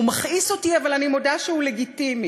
הוא מכעיס אותי, אבל אני מודה שהוא לגיטימי,